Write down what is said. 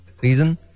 Reason